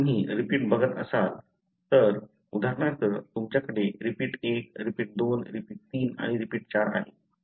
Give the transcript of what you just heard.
जर तुम्ही रिपीट बघत असाल तर उदाहरणार्थ तुमच्याकडे रिपीट 1 रिपीट 2 रिपीट 3 आणि रिपीट 4 आहे